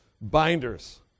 binders